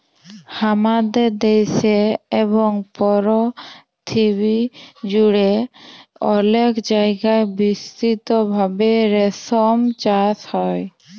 হামাদের দ্যাশে এবং পরথিবী জুড়ে অলেক জায়গায় বিস্তৃত ভাবে রেশম চাস হ্যয়